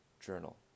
Journal